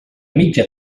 mitja